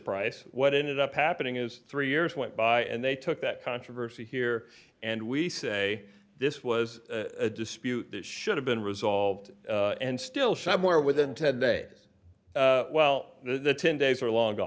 price what ended up happening is three years went by and they took that controversy here and we say this was a dispute that should have been resolved and still somewhere within ten days well you know the ten days are long go